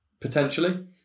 potentially